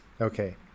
Okay